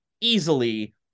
easily